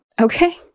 okay